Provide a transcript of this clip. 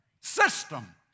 System